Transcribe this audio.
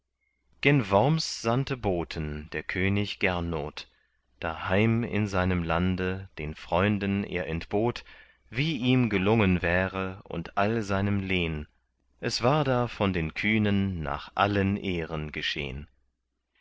gen worms sandte boten der könig gernot daheim in seinem lande den freunden er entbot wie ihm gelungen wäre und all seinem lehn es war da von den kühnen nach allen ehren geschehn